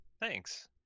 Thanks